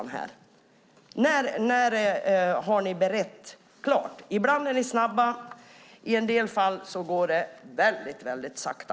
När har ni berett klart? Ibland är ni snabba, men i en del fall går det väldigt sakta.